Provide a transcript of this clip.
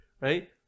Right